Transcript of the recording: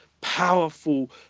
powerful